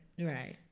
Right